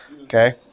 Okay